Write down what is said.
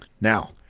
Now